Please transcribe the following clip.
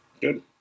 Good